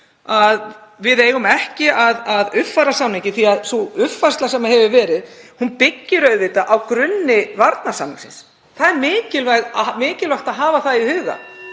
að við eigum ekki að uppfæra samninginn? Því að sú uppfærsla sem hefur verið byggist auðvitað á grunni varnarsamningsins. Það er mikilvægt að hafa í huga.